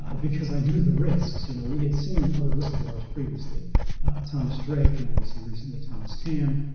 ah because i knew the risks. you know we had seen other whistleblowers previously thomas drake, now we see recently thomas tamm,